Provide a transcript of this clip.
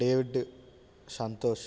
David Santosh